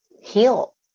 heal